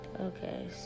Okay